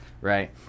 Right